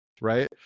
right